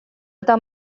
eta